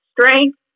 strength